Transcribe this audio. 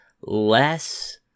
less